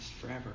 forever